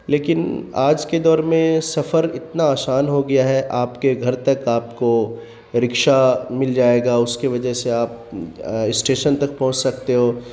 لیکن آج کے دور میں سفر اتنا آسان ہو گیا ہے آپ کے گھر تک آپ کو رکشا مل جائے گا اس کے وجہ سے آپ اسٹیشن تک پہنچ سکتے ہو